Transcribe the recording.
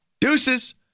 Deuces